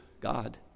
God